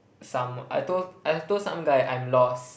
some I told I told some guy I am lost